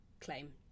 claim